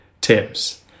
tips